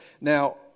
Now